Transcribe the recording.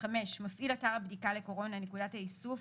מפעיל אתר הבדיקה לקורונה או נקודת האיסוף